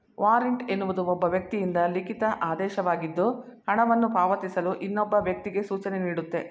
warrant ಎನ್ನುವುದು ಒಬ್ಬ ವ್ಯಕ್ತಿಯಿಂದ ಲಿಖಿತ ಆದೇಶವಾಗಿದ್ದು ಹಣವನ್ನು ಪಾವತಿಸಲು ಇನ್ನೊಬ್ಬ ವ್ಯಕ್ತಿಗೆ ಸೂಚನೆನೀಡುತ್ತೆ